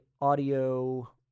audio